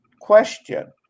question